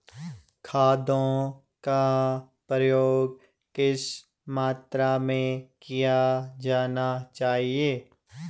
खादों का प्रयोग किस मात्रा में किया जाना चाहिए?